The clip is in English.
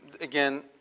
again